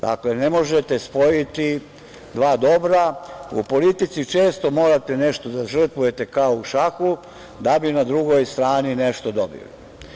Dakle, ne možete sporiti dva dobra, u politici često morate nešto da žrtvujete kao u šahu, da bi na drugoj strani nešto dobili.